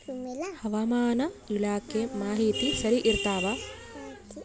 ಹವಾಮಾನ ಇಲಾಖೆ ಮಾಹಿತಿ ಸರಿ ಇರ್ತವ?